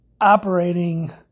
operating